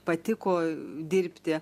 patiko dirbti